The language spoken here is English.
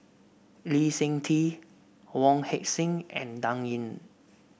Lee Seng Tee Wong Heck Sing and Dan Ying